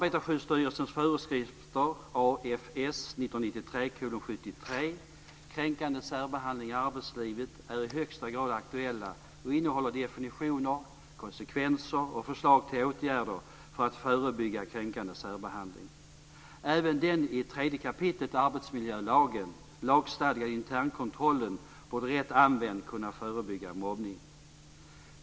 1993:17, Kränkande särbehandling i arbetslivet är i högsta grad aktuella och innehåller definitioner, konsekvenser och förslag till åtgärder för att förebygga kränkande särbehandling. Även den i 3 kap. i arbetsmiljölagen lagstadgade internkontrollen borde rätt använd kunna förebygga mobbning.